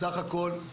סך הכל,